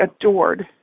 adored